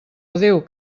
adéu